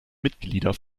mitglieder